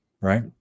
right